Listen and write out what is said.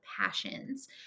passions